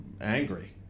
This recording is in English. angry